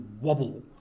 wobble